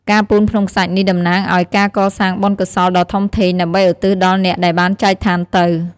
ការពូនភ្នំខ្សាច់នេះតំណាងឲ្យការកសាងបុណ្យកុសលដ៏ធំធេង ដើម្បីឧទ្ទិសដល់អ្នកដែលបានចែកឋានទៅ។